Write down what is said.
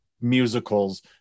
musicals